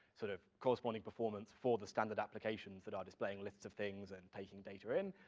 sort of corresponding performance for the standard applications that are displaying lists of things and taking data in,